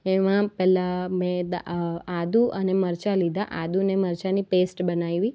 એમાં પહેલાં મેં આદું અને મરચાં લીધા આદુંને મરચાંની પેસ્ટ બનાવી